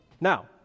Now